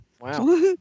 Wow